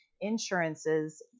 insurances